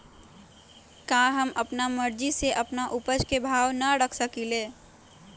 का हम अपना मर्जी से अपना उपज के भाव न रख सकींले?